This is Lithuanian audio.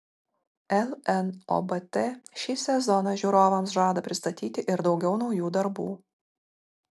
lnobt šį sezoną žiūrovams žada pristatyti ir daugiau naujų darbų